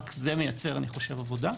רק זה מייצר, אני חושב, עבודה.